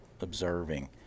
observing